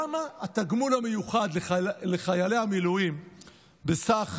למה התגמול המיוחד לחיילי המילואים בסך